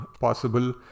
possible